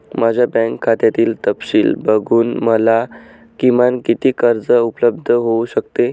माझ्या बँक खात्यातील तपशील बघून मला किमान किती कर्ज उपलब्ध होऊ शकते?